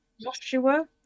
Joshua